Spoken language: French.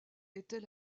était